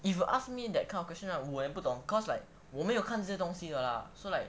if you ask me that kind of question lah 我也不懂 cause like 我没有看这些东西的 lah so like